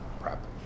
PrEP